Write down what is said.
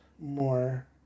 more